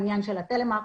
העניין של הטלמרקטינג,